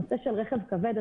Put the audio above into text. הנושא של רכב כבד.